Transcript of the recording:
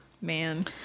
man